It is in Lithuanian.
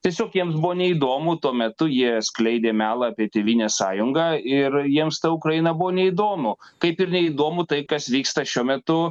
tiesiog jiems buvo neįdomu tuo metu jie skleidė melą apie tėvynės sąjungą ir jiems ta ukraina buvo neįdomu kaip ir neįdomu tai kas vyksta šiuo metu